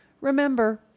remember